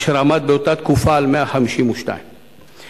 אשר עמד באותה תקופה על 152 בני-אדם.